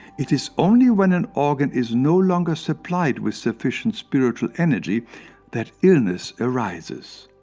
it is only when an organ is no longer supplied with sufficient spiritual energy that illness arises.